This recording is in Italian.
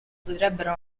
potrebbero